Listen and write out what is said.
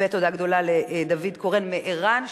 ותודה גדולה לדוד קורן מער"ן,